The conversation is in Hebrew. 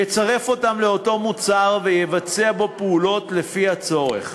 יצרף אותם לאותו מוצר ויבצע בו פעולות לפי הצורך,